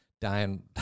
dying